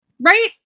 Right